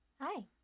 hi